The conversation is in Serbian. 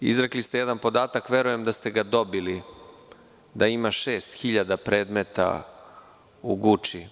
Izrekli ste jedan podatak, za koji verujem da ste ga dobili – da ima 6.000 predmeta u Guči.